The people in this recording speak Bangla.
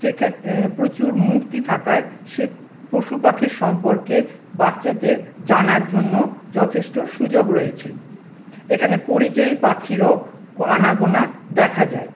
সেখান প্রচুর মূর্তি থাকায় সে পশুপাখি সম্পর্কে বাচ্ছাদের জানার জন্য যথেষ্ট সুযোগ রয়েছে এখানে পরিযায়ী পাখিরও আনাগোনা দেখা যায়